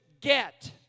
get